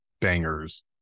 bangers